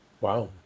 wow